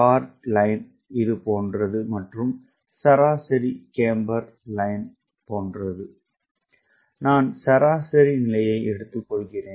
card வரி இது போன்றது மற்றும் சராசரி கேம்பர் வரி இது போன்றது நான் சராசரி நிலையை எடுத்துக்கொள்கிறேன்